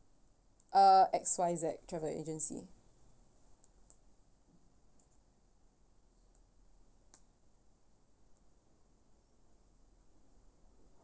uh X Y Z travel agency